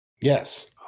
Yes